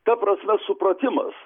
ta prasme supratimas